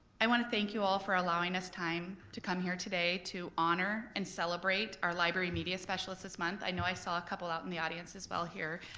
i wanna thank you all for allowing us time to come here today to honor and celebrate our library media specialists this month. i know i saw a couple out in the audience as well here.